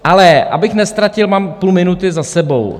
Ale abych neztratil mám půl minuty za sebou.